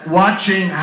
watching